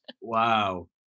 Wow